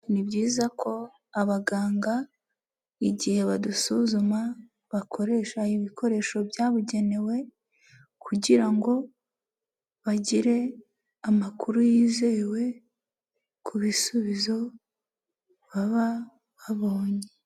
Ni byiza ko abaganga igihe badusuzuma, bakoresha ibikoresho byabugenewe, kugira ngo bagire amakuru yizewe ku bisubizo baba babonye.